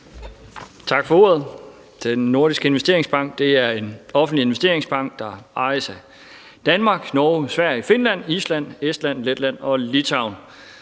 Tak for ordet. Den Nordiske Investeringsbank er en offentlig investeringsbank, der ejes af Danmark, Norge, Sverige, Finland, Island, Estland, Letland og Litauen.